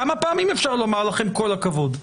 כמה פעמים אפשר לומר לכם כל הכבוד?